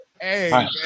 Hey